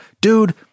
dude